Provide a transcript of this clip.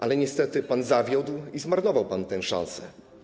ale niestety pan zawiódł i zmarnował tę szansę.